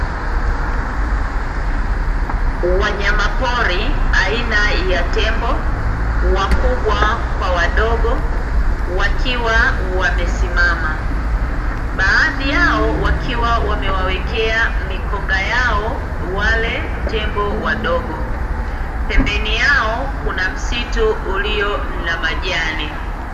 Wanyamapori aina ya tembo (wakubwa kwa wadogo) wakiwa wamesimama, baadhi yao wakiwa wamewawekea mikonga yao wale tembo wadogo. Pembeni yao kuna msitu ulio na majani.